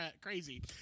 crazy